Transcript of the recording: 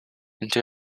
into